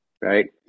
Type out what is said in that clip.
right